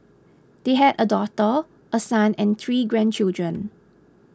they have a daughter a son and three grandchildren